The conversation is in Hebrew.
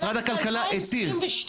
משרד הכלכלה התיר.